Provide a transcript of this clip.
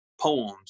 poems